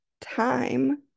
time